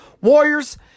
Warriors